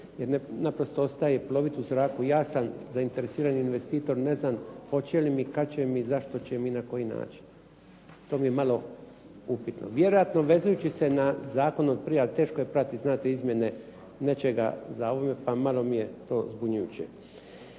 jer naprosto ostaje ploviti u zraku. Ja sam zainteresirani investitor, ne znam hoće li mi, kad će mi, zašto će mi i na koji način. To mi je malo upitno. Vjerojatno vezujući se na zakon od prije, ali teško je pratiti znate izmjene nečega za ovime, pa malo mi je to zbunjujuće.